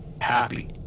happy